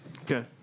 Okay